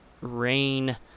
rain